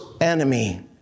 enemy